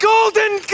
golden